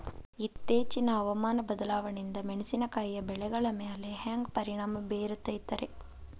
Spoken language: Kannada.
ಇತ್ತೇಚಿನ ಹವಾಮಾನ ಬದಲಾವಣೆಯಿಂದ ಮೆಣಸಿನಕಾಯಿಯ ಬೆಳೆಗಳ ಮ್ಯಾಲೆ ಹ್ಯಾಂಗ ಪರಿಣಾಮ ಬೇರುತ್ತೈತರೇ?